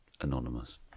Anonymous